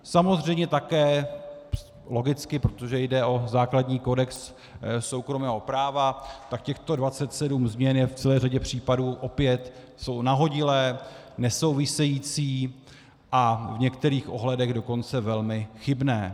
Samozřejmě také, logicky, protože jde o základní kodex soukromého práva, tak těchto 27 změn jsou v celé řadě případů opět nahodilé, nesouvisející a v některých ohledech dokonce velmi chybné.